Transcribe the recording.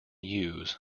use